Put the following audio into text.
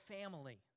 family